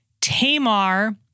Tamar